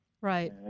Right